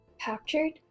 captured